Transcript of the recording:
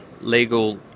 legal